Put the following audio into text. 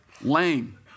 lame